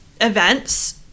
events